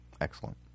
Excellent